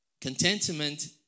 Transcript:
contentment